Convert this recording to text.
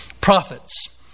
prophets